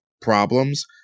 problems